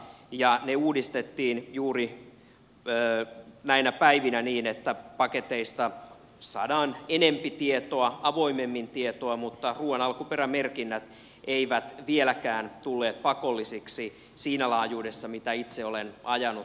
ne uudistettiin juuri näinä päivinä niin että paketeista saadaan enempi tietoa avoimemmin tietoa mutta ruuan alkuperämerkinnät eivät vieläkään tulleet pakollisiksi siinä laajuudessa mitä itse olen ajanut